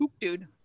dude